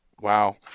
Wow